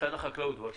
משרד החקלאות, בבקשה.